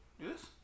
Yes